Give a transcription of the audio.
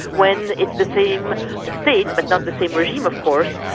when it's the same state, but not the same regime of course,